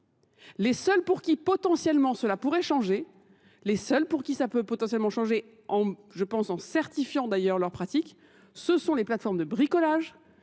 Les seuls pour qui potentiellement cela pourrait changer, les seuls pour qui ça peut potentiellement changer, je pense en certifiant d'ailleurs leurs pratiques, ce sont les plateformes de bricolage